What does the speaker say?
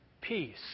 Peace